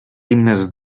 himnes